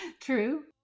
True